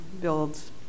builds